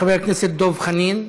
חבר הכנסת דב חנין,